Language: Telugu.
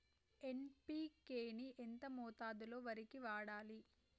ఎన్.పి.కే ని ఎంత మోతాదులో వరికి వాడాలి?